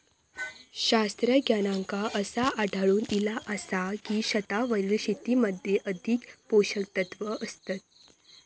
शास्त्रज्ञांका असा आढळून इला आसा की, छतावरील शेतीमध्ये अधिक पोषकतत्वा असतत